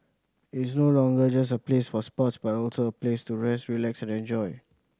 it is no longer just a place for sports but also a place to rest relax and enjoy